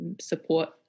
support